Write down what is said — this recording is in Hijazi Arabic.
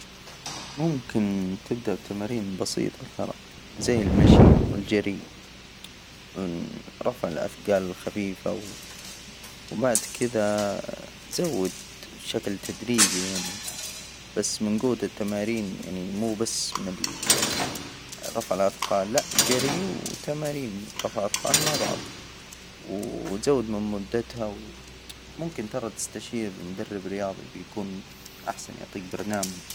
ممكن تبدأ بتمارين بسيطة، ترى زي المشي والجري. من رفع الأثجال الخفيفة وبعد كدا زود بشكل تدريجي يعني بس من جوة التمارين يعني مو بس من ال رفع الأثقال لأ جري وتمارين رفع أثقال مع بعض و زود من مدتها، و ممكن ترى تستشير مدرب رياضي بيكون أحسن، يعطيك برنامج.